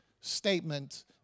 statement